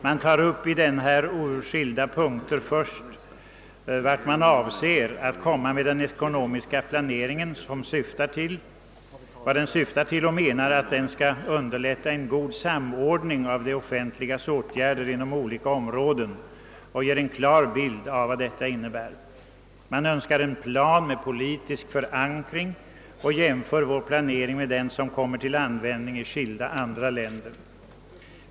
Motionärerna tar i skilda punkter upp vart de avser att nå med den ekonomiska planeringen. Den skall underlätta en god samordning av det offentligas åtgärder inom olika områden. Motionerna ger en klar bild av vad detta innebär. Man önskar vidare en plan med politisk förankring och jämför vår planering med den som kommer till användning i olika andra länder.